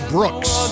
Brooks